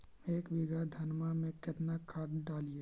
एक बीघा धन्मा में केतना खाद डालिए?